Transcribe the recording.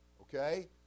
Okay